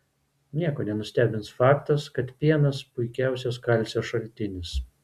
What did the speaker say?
nieko nenustebins faktas kad pienas puikiausias kalcio šaltinis